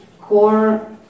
core